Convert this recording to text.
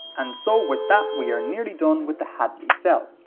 and so with that, we are nearly done with the hadley cell.